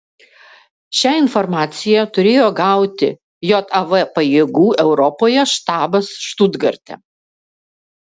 šią informaciją turėjo gauti jav pajėgų europoje štabas štutgarte